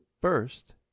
First